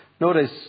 Notice